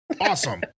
awesome